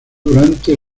durante